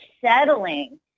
Settling